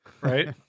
right